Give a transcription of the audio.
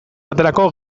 baterako